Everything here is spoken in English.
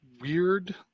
weird